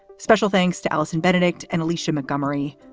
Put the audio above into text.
special thanks to allison benedikt and alicia montgomery.